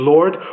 Lord